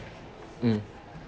mm